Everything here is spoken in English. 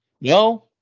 No